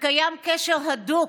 וקיים קשר הדוק